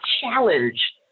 challenge